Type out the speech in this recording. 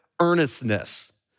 earnestness